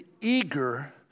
eager